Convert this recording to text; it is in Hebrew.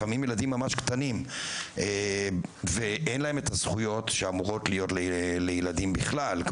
לפעמים ילדים ממש קטנים ואין להם את הזכויות שאמורות להיות לילדים בכלל,